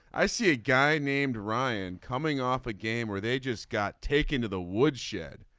i see a guy named ryan coming off a game where they just got taken to the woodshed.